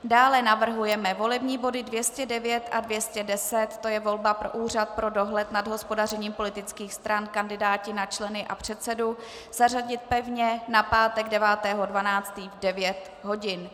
Dále navrhujeme volební body 209 a 210, to je volba pro Úřad pro dohled nad hospodařením politických stran, kandidáti na členy a předsedu, zařadit pevně na pátek 9.12. v 9 hodin.